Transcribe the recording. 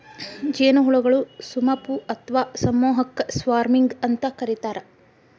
ಜೇನುಹುಳಗಳ ಸುಮಪು ಅತ್ವಾ ಸಮೂಹಕ್ಕ ಸ್ವಾರ್ಮಿಂಗ್ ಅಂತ ಕರೇತಾರ